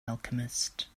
alchemist